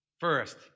First